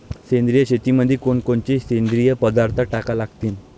सेंद्रिय शेतीमंदी कोनकोनचे सेंद्रिय पदार्थ टाका लागतीन?